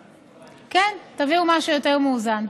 משהו יותר מאוזן, כן, תביאו משהו יותר מאוזן.